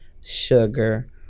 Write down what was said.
sugar